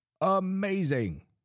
amazing